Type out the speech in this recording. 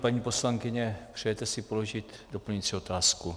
Paní poslankyně, přejete si položit doplňující otázku?